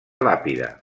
làpida